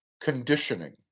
conditioning